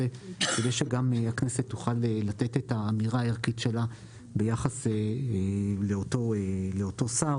כדי שהכנסת תוכל לתת את האמירה שלה ביחס לאותו שר,